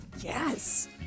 yes